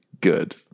Good